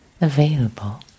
available